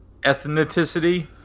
ethnicity